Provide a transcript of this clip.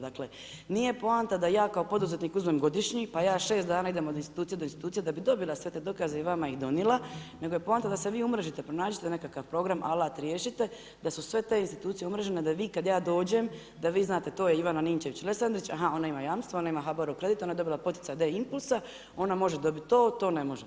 Dakle, nije poanta da ja kao poduzetnik uzmem godišnji, pa ja 6 dana idem od institucije do institucije da bi dobila sve te dokaze i vama ih donijela nego je poanta da se vi umrežite, pronađite nekakav program, alat, riješite, da su sve te institucije umrežene, da vi kad ja dođem, da vi znate, to je Ivana Ninčević-Lesandrić, aha, ona ima jamstvo, ona ima u HABOR-u kredit, ona je dobila poticaj od E-impulsa, ona može dobiti to, to ne može.